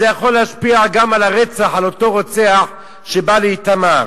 זה יכול להשפיע גם על אותו רוצח שבא לאיתמר.